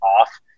off